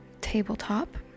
tabletop